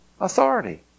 authority